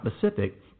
Pacific